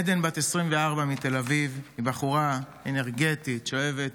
עדן, בת 24 מתל אביב, היא בחורה אנרגטית, שאוהבת